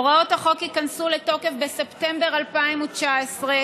הוראות החוק ייכנסו לתוקף בספטמבר 2019,